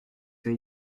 été